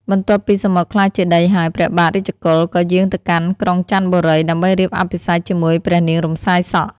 បន្ទាប់ពីសមុទ្រក្លាយជាដីហើយ ព្រះបាទរាជកុល ក៏យាងទៅកាន់ក្រុងចន្ទបុរី ដើម្បីរៀបអភិសេកជាមួយព្រះនាងរំសាយសក់។